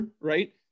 right